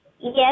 Yes